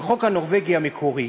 בחוק הנורבגי המקורי,